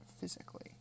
physically